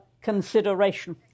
consideration